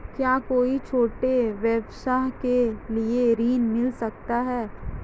क्या कोई छोटे व्यवसाय के लिए ऋण मिल सकता है?